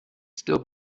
still